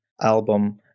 album